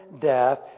death